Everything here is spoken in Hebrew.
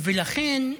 ולכן,